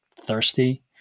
thirsty